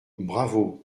bravo